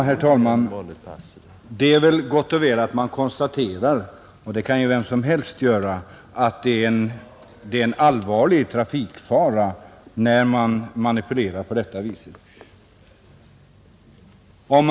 Herr talman! Det är gott och väl att man konstaterar — det kan vem som helst göra — att det är en allvarlig trafikfara när man manipulerar på detta sätt.